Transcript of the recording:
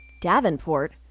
Davenport